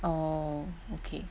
oh okay